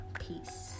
peace